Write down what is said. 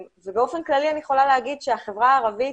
באופן כללי אני יכולה להגיד שהחברה הערבית,